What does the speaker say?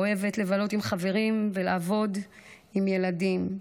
אוהבת לבלות עם חברים ולעבוד עם ילדים,